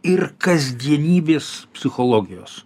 ir kasdienybės psichologijos